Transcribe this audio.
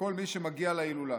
לכל מי שמגיע להילולה.